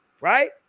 right